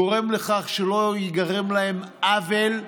גורם לכך שלא ייגרם להם עוול.